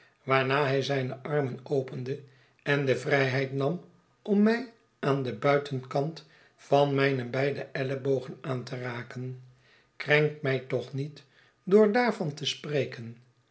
waarna hij zijne armen opende en de vrijheid nam om mij aan den buitenkant van mijne beide ellebogen aan te raken krenk mij toch niet door daarvan te spreken